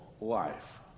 life